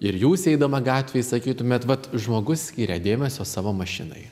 ir jūs eidama gatvėj sakytumėt vat žmogus skiria dėmesio savo mašinai